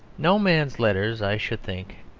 no man's letters, i should think,